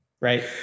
Right